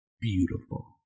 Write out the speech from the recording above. beautiful